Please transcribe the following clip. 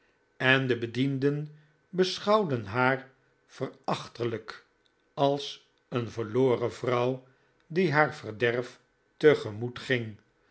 en de bedienden beschouwden haar verachtelijk als een verloren vrouw die haar verderf tegemoet ging